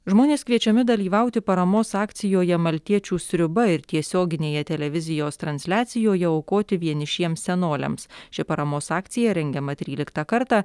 žmonės kviečiami dalyvauti paramos akcijoje maltiečių sriuba ir tiesioginėje televizijos transliacijoje aukoti vienišiems senoliams ši paramos akcija rengiama tryliktą kartą